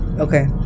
Okay